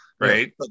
Right